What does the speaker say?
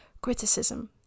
criticism